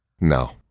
no